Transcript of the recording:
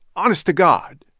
honest to god.